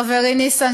חברי ניסן,